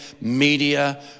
media